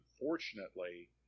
unfortunately